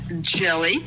jelly